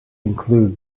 include